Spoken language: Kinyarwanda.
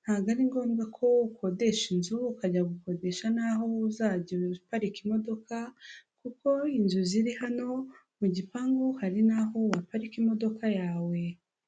ntago ari ngombwa ko ukodesha inzu ukajya gukodesha naho uzajya uparika imodoka kuko inzu ziri hano mu gipangu hari n'aho waparika imodoka yawe.